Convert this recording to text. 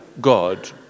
God